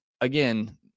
again